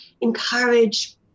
encourage